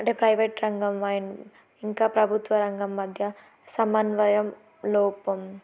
అంటే ప్రైవేట్ రంగం అండ్ ఇంకా ప్రభుత్వ రంగం మధ్య సమన్వయ లోపం